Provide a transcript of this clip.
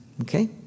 Okay